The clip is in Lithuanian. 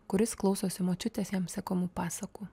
kuris klausosi močiutės jam sekamų pasakų